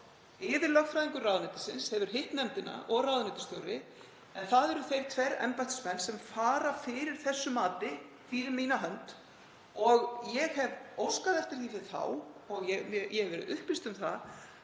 yfirlögfræðingur ráðuneytisins hefur hitt nefndina og ráðuneytisstjóri, en það eru þeir tveir embættismenn sem fara fyrir þessu mati fyrir mína hönd. Ég hef óskað eftir því við þá og ég hef verið upplýst um að